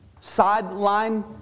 sideline